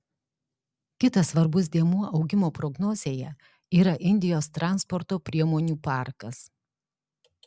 kitas svarbus dėmuo augimo prognozėje yra indijos transporto priemonių parkas